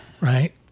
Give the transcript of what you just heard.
right